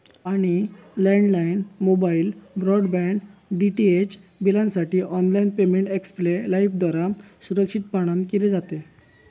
पाणी, landline, mobile, broadband, DTH बिलांसाठी online payment Xpay लाइफद्वारा सुरक्षितपणान केले जाते